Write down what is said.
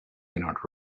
cannot